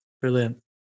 Brilliant